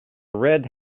red